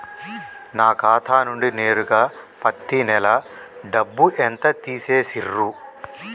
నా ఖాతా నుండి నేరుగా పత్తి నెల డబ్బు ఎంత తీసేశిర్రు?